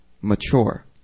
mature